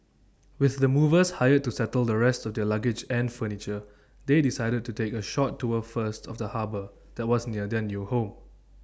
with the movers hired to settle the rest of their luggage and furniture they decided to take A short tour first of the harbour that was near their new home